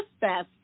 best